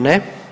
Ne.